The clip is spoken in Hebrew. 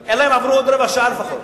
אלא אם כן עברו 15 דקות לפחות.